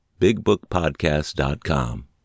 bigbookpodcast.com